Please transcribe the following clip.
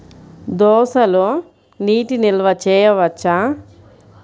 దోసలో నీటి నిల్వ చేయవచ్చా?